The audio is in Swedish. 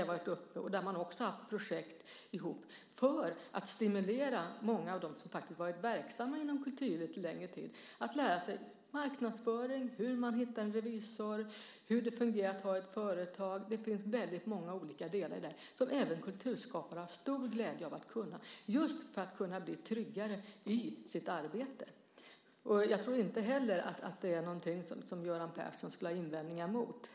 Man har även haft gemensamma projekt för att stimulera många av dem som en längre tid varit verksamma inom kulturlivet just för att de ska lära sig marknadsföring, hur man hittar en revisor, hur det fungerar att ha ett företag. Det finns många olika delar i detta som även kulturskapare har stor glädje av att kunna för att bli tryggare i sitt arbete. Jag tror inte att Göran Persson heller skulle ha invändningar mot det.